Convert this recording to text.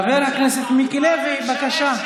חבר הכנסת מיקי לוי, בבקשה.